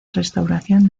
restauración